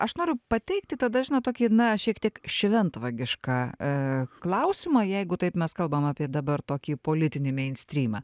aš noriu pateikti tada žinot tokį na šiek tiek šventvagišką klausimą jeigu taip mes kalbam apie dabar tokį politinį meinstrymą